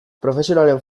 profesionalen